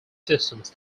systems